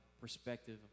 perspective